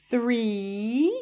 three